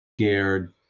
scared